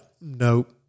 nope